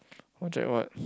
project what